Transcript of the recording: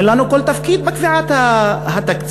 אין לנו כל תפקיד בקביעת התקציב.